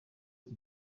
iki